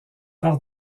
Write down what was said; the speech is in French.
par